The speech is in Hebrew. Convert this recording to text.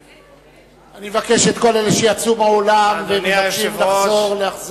אני מבקש מכל אלה שיצאו מהאולם, הם מתבקשים לחזור.